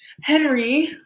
Henry